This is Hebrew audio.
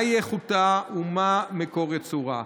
מהי איכותה ומה מקור ייצורה.